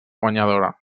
guanyadora